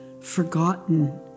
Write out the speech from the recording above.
forgotten